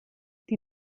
die